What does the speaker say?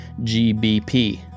GBP